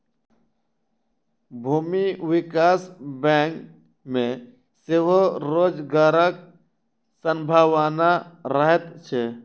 भूमि विकास बैंक मे सेहो रोजगारक संभावना रहैत छै